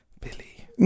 Billy